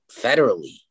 federally